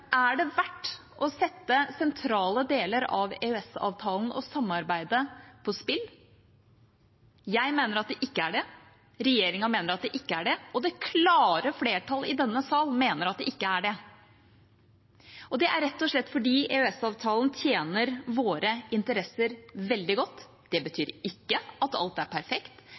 Er det verdt å sette sentrale deler av EØS-avtalen og samarbeidet på spill? Jeg mener at det ikke er det, regjeringa mener at det ikke er det, og det klare flertall i denne sal mener at det ikke er det. Det er rett og slett fordi EØS-avtalen tjener våre interesser veldig godt. Det betyr ikke at alt er perfekt,